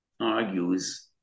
argues